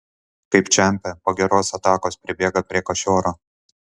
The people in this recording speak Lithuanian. kaip čempe po geros atakos pribėga prie kašioro